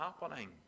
happening